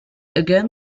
again